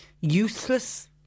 useless